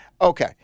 Okay